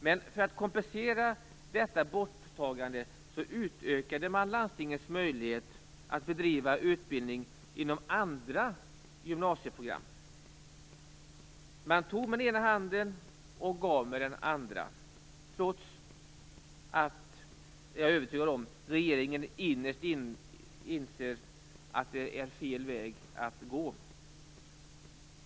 Men för att kompensera detta borttagande, utökade man landstingens möjlighet att bedriva utbildning inom andra gymnasieprogram. Man tog med den ena handen och gav med den andra, trots att - det är jag övertygad om - regeringen innerst inne inser att det är fel väg att gå.